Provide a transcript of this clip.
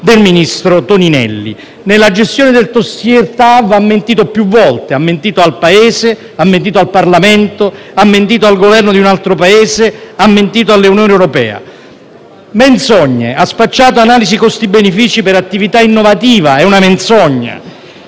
del ministro Toninelli. Nella gestione del *dossier* sul TAV ha mentito più volte. Ha mentito al Paese; ha mentito al Parlamento; ha mentito al Governo di un altro Paese; ha mentito all'Unione europea. Menzogne. Ha spacciato l'analisi costi-benefici per attività innovativa; è una menzogna.